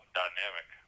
dynamic